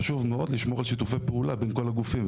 חשוב מאוד לשמור על שיתופי פעולה בין כל הגופים.